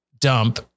dump